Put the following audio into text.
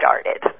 started